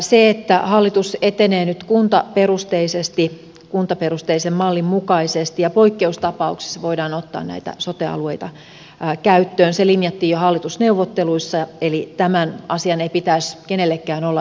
se että hallitus etenee nyt kuntaperusteisesti kuntaperusteisen mallin mukaisesti ja poikkeustapauksessa voidaan ottaa näitä sote alueita käyttöön linjattiin jo hallitusneuvotteluissa eli tämän asian ei pitäisi kenellekään olla yllätys